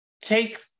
Take